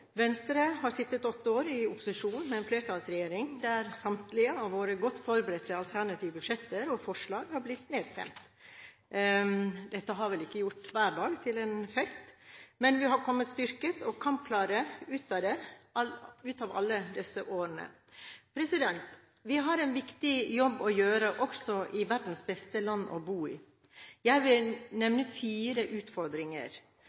Venstre har sittet åtte år i opposisjon med en flertallsregjering, der samtlige av våre godt forberedte alternative budsjetter og forslag har blitt nedstemt. Dette har vel ikke gjort hver dag til en fest, men vi har kommet styrket og kampklare ut av alle disse årene. Vi har en viktig jobb å gjøre også i verdens beste land å bo i. Jeg vil